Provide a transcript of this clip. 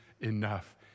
enough